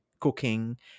cooking